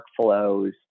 workflows